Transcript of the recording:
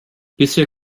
bisher